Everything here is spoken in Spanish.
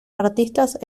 artistas